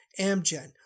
Amgen